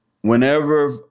whenever